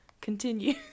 continue